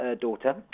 daughter